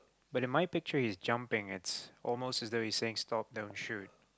but in my picture is jumping it's almost in every six stop that would sure